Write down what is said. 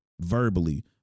verbally